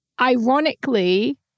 ironically